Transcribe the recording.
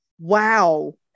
wow